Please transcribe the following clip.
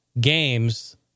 games